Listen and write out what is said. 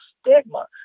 stigma